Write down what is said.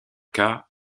cas